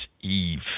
Eve